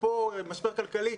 משבר כלכלי?